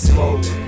Smoke